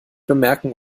bemerken